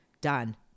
done